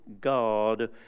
God